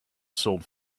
sold